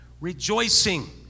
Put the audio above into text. rejoicing